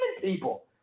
people